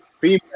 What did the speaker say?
female